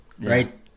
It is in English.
right